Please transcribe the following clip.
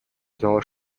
знала